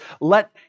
let